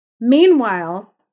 Meanwhile